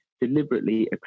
deliberately